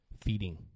feeding